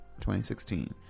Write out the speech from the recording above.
2016